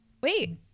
wait